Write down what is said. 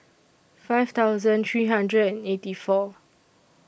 five thousand three hundred and eighty four